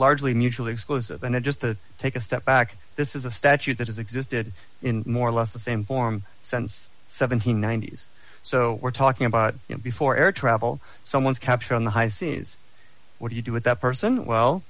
largely mutually exclusive and i just to take a step back this is a statute that has existed in more or less the same form sense seven hundred and ninety s so we're talking about you know before air travel someone's captured on the high seas what do you do with that person w